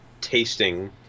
tasting